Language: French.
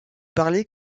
parlée